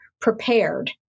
prepared